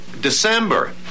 December